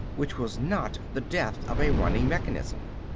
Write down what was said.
which was not the death of a running mechanism.